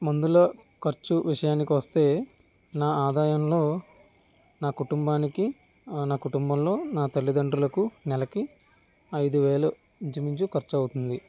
మందుల ఖర్చు విషయానికి వస్తే నా ఆదాయంలో నా కుటుంబానికి నా కుటుంబంలో నా తల్లితండ్రులకి నెలకి ఐదు వేలు ఇంచు మించు ఖర్చవుతుంది